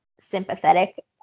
sympathetic